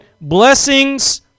blessings